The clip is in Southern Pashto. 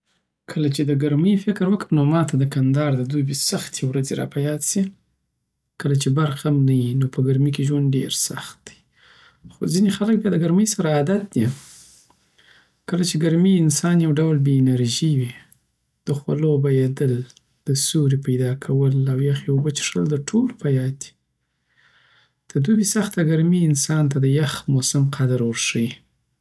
کله چی د ګرمۍ فکر وکم نو دماته د کندهار د دوبي سختې ورځې راپه یاد سی کله چی برق هم نه یی نو په ګرمی کی ژوند ډیر سخت دی خو ځنی خلک بیا د ګرمی سره عادت دی کله چی ګرمۍ وي انسان یو ډول بې انرژي وی د خولو بهېدل، د سیوري پیدا کول او یخې اوبه څښل دټولو په یاد وی ددوبی سخته ګرمی انسان ته د یخ موسم قدر ورښیی